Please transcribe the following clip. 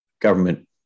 government